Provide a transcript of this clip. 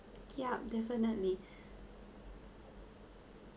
yup definitely